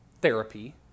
therapy